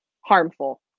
harmful